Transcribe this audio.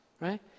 right